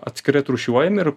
atskirai atrūšiuojami ir